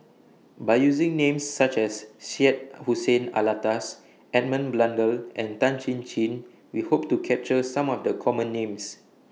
By using Names such as Syed Hussein Alatas Edmund Blundell and Tan Chin Chin We Hope to capture Some of The Common Names